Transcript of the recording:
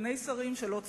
וסגני שרים שלא צריך,